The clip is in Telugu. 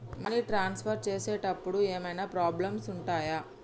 మనీ ట్రాన్స్ఫర్ చేసేటప్పుడు ఏమైనా ప్రాబ్లమ్స్ ఉంటయా?